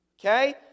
Okay